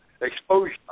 exposure